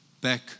back